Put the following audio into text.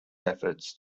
efforts